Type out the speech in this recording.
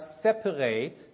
separate